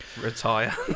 Retire